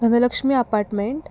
Dhanlaxmi apartment